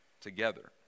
together